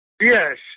Yes